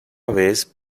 vez